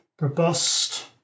robust